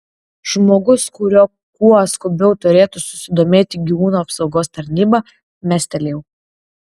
žmogus kuriuo kuo skubiau turėtų susidomėti gyvūnų apsaugos tarnyba mestelėjau